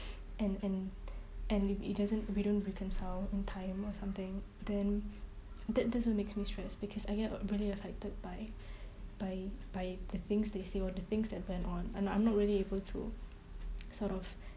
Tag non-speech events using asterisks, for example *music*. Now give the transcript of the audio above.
*breath* and and and if it doesn't if we don't reconcile in time or something then that that's what makes me stressed because I get really affected by *breath* by by the things they say or the things that went on and I'm not really able to *noise* sort of